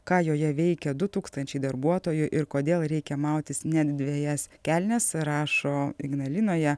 ką joje veikia du tūkstančiai darbuotojų ir kodėl reikia mautis net dvejas kelnes rašo ignalinoje